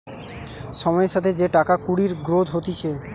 সময়ের সাথে যে টাকা কুড়ির গ্রোথ হতিছে